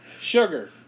Sugar